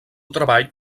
treball